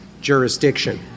jurisdiction